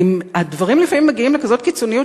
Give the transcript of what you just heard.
הדברים לפעמים מגיעים לכזאת קיצוניות,